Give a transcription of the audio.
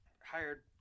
hired